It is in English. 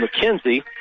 McKenzie